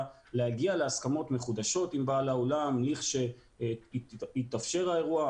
להגיע להסכמות מחודשות עם בעל האולם לכשיתאפשר האירוע.